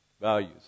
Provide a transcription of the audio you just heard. values